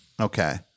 okay